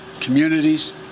communities